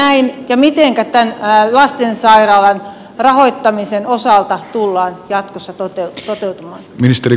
onko näin ja mitenkä tämän lastensairaalan rahoittamista tullaan jatkossa toteuttamaan